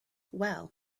well